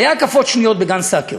היו הקפות שניות בגן-סאקר.